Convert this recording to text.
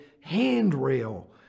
handrail